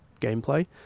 gameplay